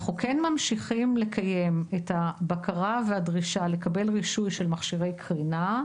אנחנו כן ממשיכים לקיים את הבקרה והדרישה לקבל רישוי של מכשירי קרינה.